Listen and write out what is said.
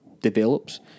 develops